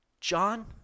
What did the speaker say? John